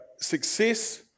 success